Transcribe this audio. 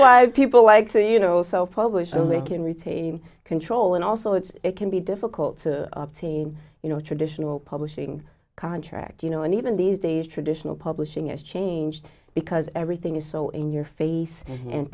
why people like to you know also publish you know they can retain control and also it's it can be difficult to obtain you know traditional publishing contract you know and even these days traditional publishing is changed because everything is so in your face and